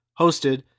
hosted